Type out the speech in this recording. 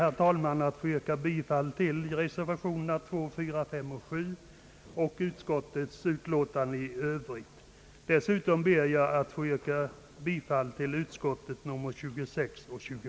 Jag ber alltså att få yrka bifall till reservationerna 2, 4 a, 5 och 7 och till utskottets hemställan i Övrigt.